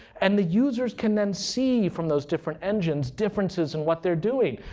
and the users can then see, from those different engines, differences in what they're doing.